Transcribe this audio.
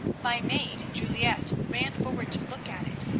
my maid, juliette, ran forward to look at it,